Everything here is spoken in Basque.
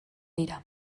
dira